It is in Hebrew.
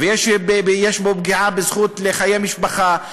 ויש בו פגיעה בזכות לחיי משפחה,